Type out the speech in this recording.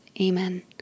Amen